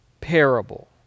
parable